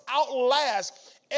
outlast